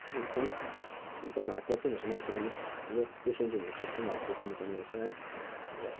एकदम एकदम hard work चाहिँ हुनुपर्छ मान्छेकोमा ठुलो पेसेन्ट चाहिँ हुनुपर्छ एकदम हार्ड वर्क गर्नुपर्ने रहेछ है र